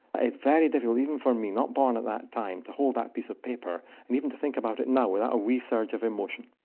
it's very difficult, even for me not born at that time, to hold that piece of paper and even to think about it now without a wee surge of emotion.